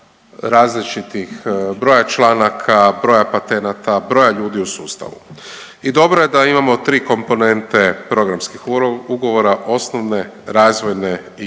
različitih broja članaka, broja patenata, broja ljudi u sustavu i dobro je da imamo 3 komponente programskih ugovora, osnovne razvojne i